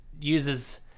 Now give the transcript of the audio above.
uses—